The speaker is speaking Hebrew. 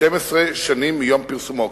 12 שנים מיום פרסומו",